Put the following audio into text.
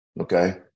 Okay